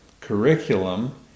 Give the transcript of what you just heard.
curriculum